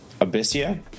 Abyssia